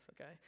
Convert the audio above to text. Okay